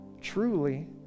truly